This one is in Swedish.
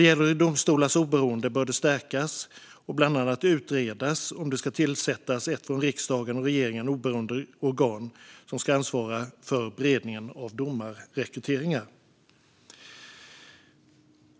Domstolars oberoende bör stärkas, och det bör bland annat utredas om det ska tillsättas ett från riksdagen och regeringen oberoende organ som ska ansvara för beredningen av domarrekryteringar.